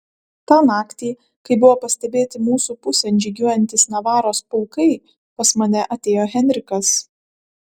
tą naktį kai buvo pastebėti mūsų pusėn žygiuojantys navaros pulkai pas mane atėjo henrikas